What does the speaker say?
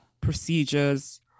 procedures